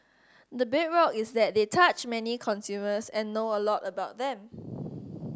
the bedrock is that they touch many consumers and know a lot about them